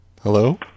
Hello